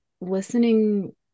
listening